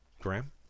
Graham